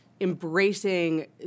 embracing